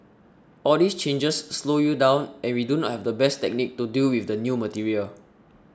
all these changes slow you down and we do not have the best technique to deal with the new material